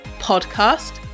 podcast